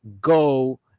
go